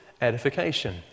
edification